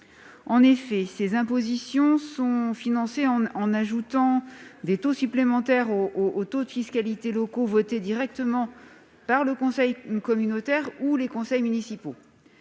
En effet, ces impositions sont financées en ajoutant des taux supplémentaires aux taux de fiscalité locaux votés directement par le conseil communautaire ou les conseils municipaux.